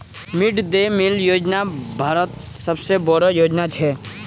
mid day meal योजना दुनिया भरत सबसे बोडो योजना छे